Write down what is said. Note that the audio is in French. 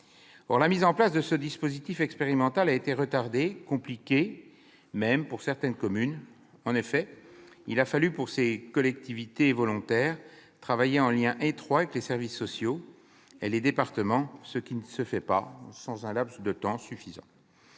Or la mise en place de ce dispositif expérimental a été retardée, compliquée même, pour certaines communes. En effet, les collectivités volontaires ont dû travailler en liaison étroite avec les services sociaux et les départements, ce qui ne se fait pas sans un laps de temps suffisant.